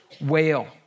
wail